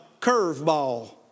curveball